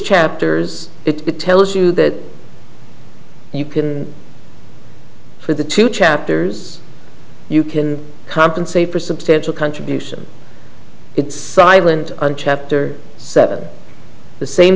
chapters it tells you that you can for the two chapters you can compensate for substantial contributions it's silent on chapter seven the same